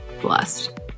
blessed